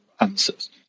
answers